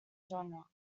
genre